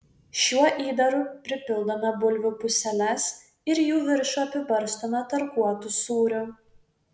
šiuo įdaru pripildome bulvių puseles ir jų viršų apibarstome tarkuotu sūriu